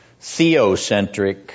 theocentric